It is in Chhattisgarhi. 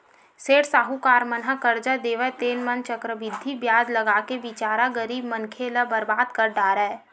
सेठ साहूकार मन ह करजा देवय तेन म चक्रबृद्धि बियाज लगाके बिचारा गरीब मनखे ल बरबाद कर डारय